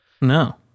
No